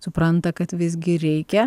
supranta kad visgi reikia